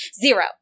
zero